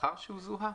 כן.